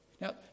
Now